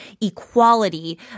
equality